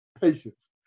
patience